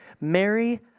Mary